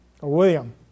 William